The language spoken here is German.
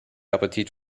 appetit